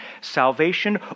salvation